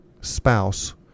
spouse